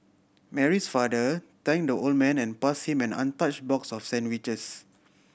Mary's father thank the old man and pass him an untouch box of sandwiches